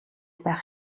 байх